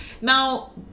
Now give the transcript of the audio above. Now